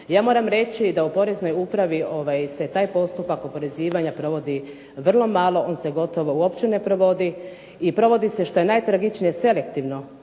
ja moram reći da u Poreznoj upravi se taj postupak oporezivanja provodi vrlo malo, on se gotovo uopće ne provodi i provodi se što je najtragičnije selektivno.